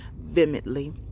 vehemently